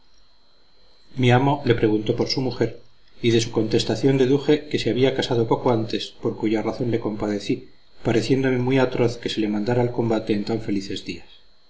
mi amo le preguntó por su mujer y de su contestación deduje que se había casado poco antes por cuya razón le compadecí pareciéndome muy atroz que se le mandara al combate en tan felices días